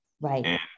Right